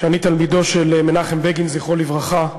שאני תלמידו של מנחם בגין, זכרו לברכה.